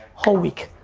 whole week.